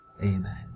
Amen